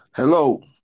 Hello